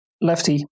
lefty